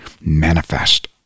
manifest